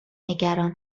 نگران